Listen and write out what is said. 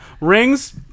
Rings